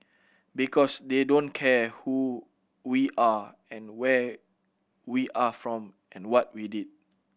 because they don't care who we are and where we are from and what we did